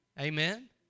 Amen